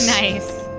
Nice